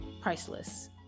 priceless